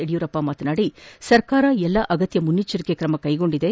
ಯಡಿಯೂರಪ್ಪ ಮಾತನಾಡಿ ಸರ್ಕಾರ ಎಲ್ಲಾ ಅಗತ್ಯ ಮುನ್ನೆಚ್ಚರಿಕೆ ತ್ರಮ ಕೈಗೊಂಡಿದೆ